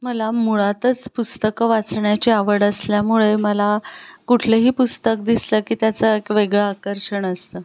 मला मुळातच पुस्तकं वाचण्याची आवड असल्यामुळे मला कुठलेही पुस्तक दिसलं की त्याचं एक वेगळं आकर्षण असतं